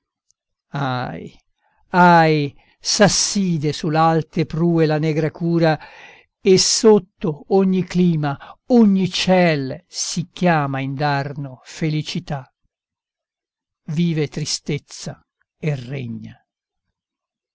aggiunge ahi ahi s'asside su l'alte prue la negra cura e sotto ogni clima ogni ciel si chiama indarno felicità vive tristezza e regna